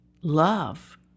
love